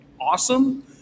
awesome